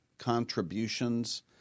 contributions